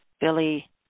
Billy